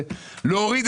לשנות